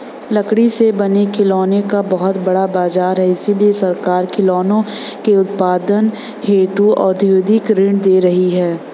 लकड़ी से बने खिलौनों का बहुत बड़ा बाजार है इसलिए सरकार खिलौनों के उत्पादन हेतु औद्योगिक ऋण दे रही है